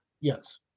Yes